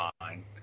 mind